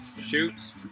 Shoots